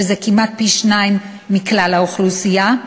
שזה כמעט פי-שניים מבכלל האוכלוסייה,